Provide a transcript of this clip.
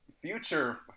future